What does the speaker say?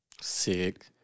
Sick